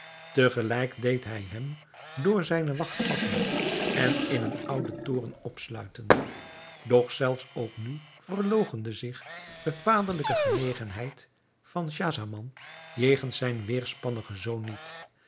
gelijk deed hij hem door zijne wacht vatten en in een ouden toren opsluiten doch zelfs ook nu verloochende zich de vaderlijke genegenheid van schahzaman jegens zijn weêrspannigen zoon niet